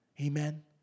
Amen